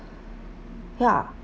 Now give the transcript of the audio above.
yeah